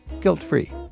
guilt-free